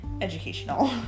educational